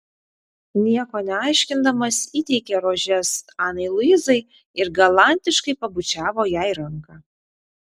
nieko neaiškindamas įteikė rožes anai luizai ir galantiškai pabučiavo jai ranką